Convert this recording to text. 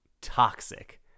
toxic